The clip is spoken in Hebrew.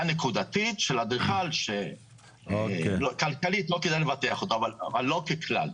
נקודתית של אדריכל שכלכלית לא כדאי לבטח אותו אבל לא ככלל.